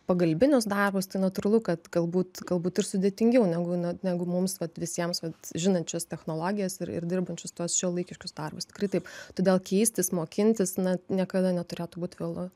pagalbinius darbus tai natūralu kad galbūt galbūt ir sudėtingiau negu na negu mums vat visiems vat žinančius technologijas ir ir dirbančius tuos šiuolaikiškus darbus tikrai taip todėl keistis mokintis na niekada neturėtų būt vėlu